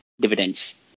dividends